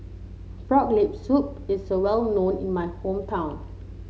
Frog Leg Soup is a well known in my hometown